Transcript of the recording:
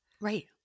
Right